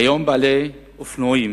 כיום בעלי אופנועים